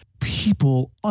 people